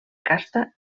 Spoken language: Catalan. casta